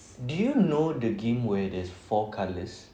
do you the game where there's four colours